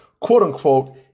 quote-unquote